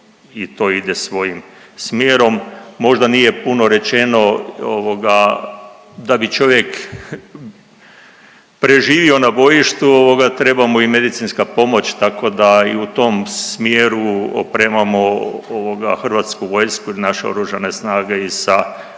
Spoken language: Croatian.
i to ide svojim smjerom. Možda nije puno rečeno ovoga da bi čovjek preživio na bojištu, treba mu i medicinska pomoć tako da i u tom smjeru opremamo Hrvatsku vojsku i naše oružane snage i sa ROV2,